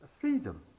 freedom